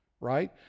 Right